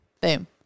Boom